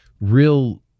real